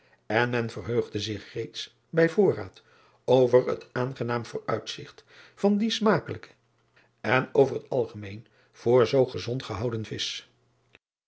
en men verheugde zich reeds bij voorraad over het aangenaam vooruitzigt van dien smakelijken en over het algemeen voor zoo gezond gehouden visch